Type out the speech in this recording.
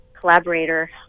collaborator